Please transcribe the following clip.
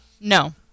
No